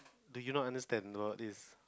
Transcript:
do you not understand no this is